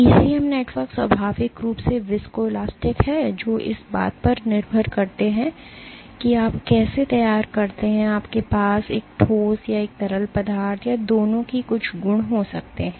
ECM network स्वाभाविक रूप से विस्को इलास्टिक हैं जो इस बात पर निर्भर करते हैं कि आप कैसे तैयार करते हैं आपके पास एक ठोस या एक तरल पदार्थ या दोनों की कुछ गुण हो सकते है